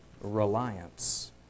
reliance